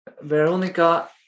Veronica